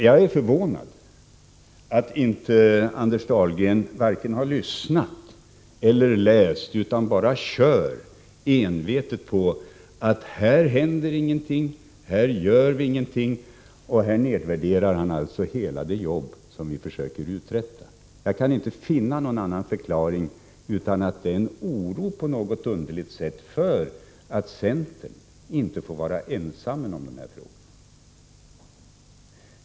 Jag är förvånad över att Anders Dahlgren varken har lyssnat eller läst utan bara kör vidare på linjen: Här händer ingenting. Här görs ingenting. Han nedvärderar hela det jobb vi försöker uträtta. Jag kan inte finna någon annan förklaring än att det är ett uttryck för någon sorts oro för att inte centern får vara ensam om dessa frågor.